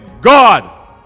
god